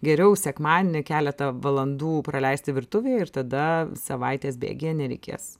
geriau sekmadienį keletą valandų praleisti virtuvėj ir tada savaitės bėgyje nereikės